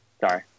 Sorry